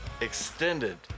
extended